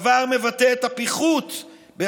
אני מזכיר לכם שאחת מההסתייגויות העיקריות של הרשימה המשותפת,